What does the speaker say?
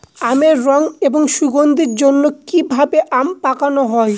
আমের রং এবং সুগন্ধির জন্য কি ভাবে আম পাকানো হয়?